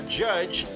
judge